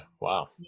Wow